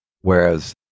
Whereas